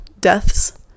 deaths